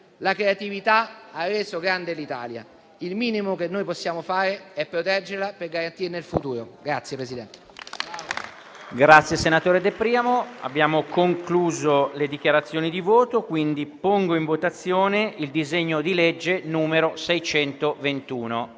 La creatività ha reso grande l'Italia; il minimo che noi possiamo fare è proteggerla per garantirne il futuro.